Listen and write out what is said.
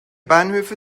bahnhöfe